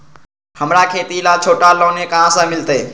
हमरा खेती ला छोटा लोने कहाँ से मिलतै?